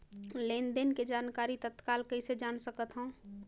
लेन देन के जानकारी तत्काल कइसे जान सकथव?